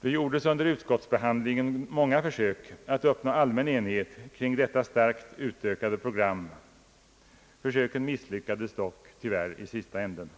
Det gjordes under utskottsbehandlingen många försök att uppnå allmän enigbet kring detta starkt utökade program, men försöken misslyckades tyvärr i sista änden.